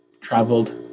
traveled